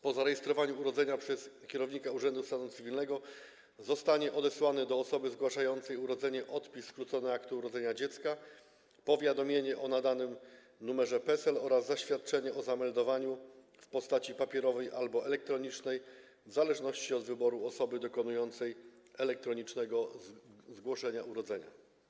Po zarejestrowaniu urodzenia przez kierownika urzędu stanu cywilnego zostanie przesłany do osoby zgłaszającej urodzenie skrócony odpis aktu urodzenia dziecka, powiadomienie o nadanym numerze PESEL oraz zaświadczenie o zameldowaniu w postaci papierowej albo elektronicznej, w zależności od wyboru osoby dokonującej elektronicznego zgłoszenia urodzenia.